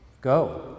go